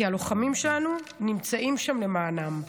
כי הלוחמים שלנו נמצאים שם למענם,